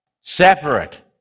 separate